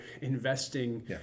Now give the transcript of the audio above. investing